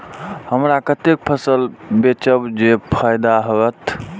हमरा कते फसल बेचब जे फायदा होयत?